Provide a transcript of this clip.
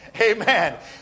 Amen